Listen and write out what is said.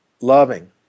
loving